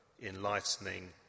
enlightening